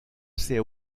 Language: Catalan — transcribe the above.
ser